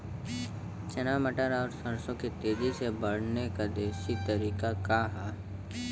चना मटर और सरसों के तेजी से बढ़ने क देशी तरीका का ह?